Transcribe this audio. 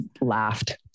laughed